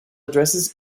addresses